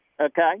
Okay